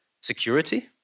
security